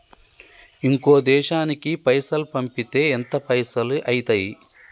ఇంకో దేశానికి పైసల్ పంపితే ఎంత పైసలు అయితయి?